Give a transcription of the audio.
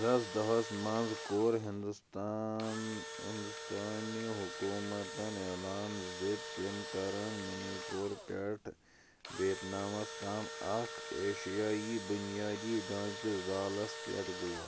زٕ ساس دَہس منٛز کوٚر ہندوستان ہندوستٲنہِ حکوٗمتَن علان زِ تِم کرَن منی پوٗر پٮ۪ٹھ ویتنامَس تام اَکھ ایشیٲیِی بُنیٲدی ڈانٛچہِ زالس پٮ۪ٹھ غور